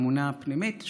האמונה הפנימית,